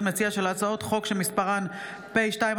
מציע של הצעות חוק שמספרן פ/2139/25,